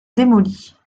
démolie